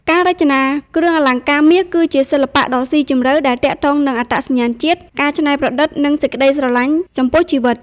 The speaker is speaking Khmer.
ការរចនាគ្រឿងអលង្ការមាស គឺជាសិល្បៈដ៏ស៊ីជម្រៅដែលទាក់ទងនឹងអត្តសញ្ញាណជាតិ ការច្នៃប្រឌិត និងសេចក្ដីស្រឡាញ់ចំពោះជីវិត។